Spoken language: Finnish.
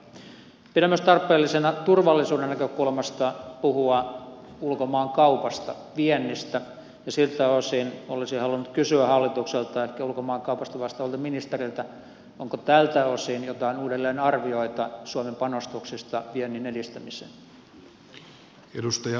pidän myös tarpeellisena turvallisuuden näkökulmasta puhua ulkomaankaupasta viennistä ja siltä osin olisin halunnut kysyä hallitukselta ehkä ulkomaankaupasta vastaavalta ministeriltä onko tältä osin joitain uusia arvioita suomen panostuksista viennin edistämiseen